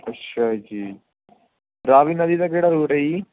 ਅੱਛਾ ਜੀ ਰਾਵੀ ਨਦੀ ਦਾ ਕਿਹੜਾ ਰੂਟ ਹੈ ਜੀ